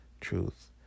truth